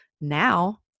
Now